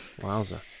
Wowza